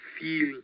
feel